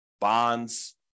bonds